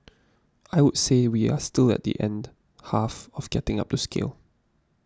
I would say we are still at the end half of getting up to scale